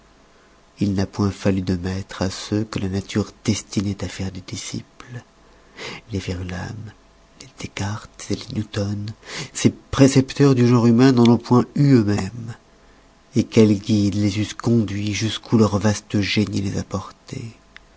il n'a point fallu de maîtres à ceux que la nature destinoit à faire des disciples les verulams les descartes les newtons ces précepteurs du genre humain n'en ont point eu eux-mêmes quels guides les eussent conduits jusqu'où leur vaste génie les